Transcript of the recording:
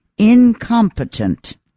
incompetent